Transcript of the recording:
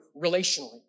relationally